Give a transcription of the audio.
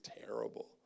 terrible